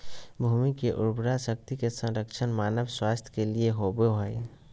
भूमि की उर्वरा शक्ति के संरक्षण मानव स्वास्थ्य के लिए होबो हइ